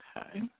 Okay